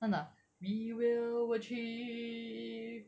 真的 we will achieve